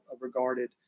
regarded